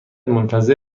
منتظر